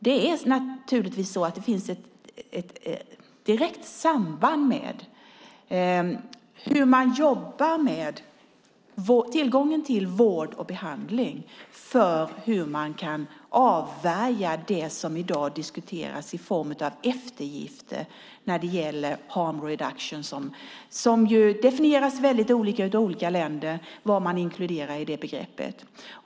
Det finns naturligtvis ett direkt samband mellan hur man jobbar med tillgången till vård och behandling och hur man kan avvärja det som i dag diskuteras i form av eftergifter när det gäller harm reduction. Harm reduction definieras väldigt olika i olika länder, det vill säga vad man inkluderar i detta begrepp.